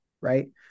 right